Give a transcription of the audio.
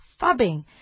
fubbing